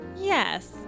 Yes